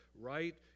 right